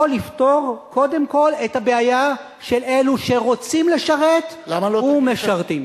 או לפתור קודם כול את הבעיה של אלה שרוצים לשרת ומשרתים.